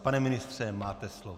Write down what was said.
Pane ministře, máte slovo.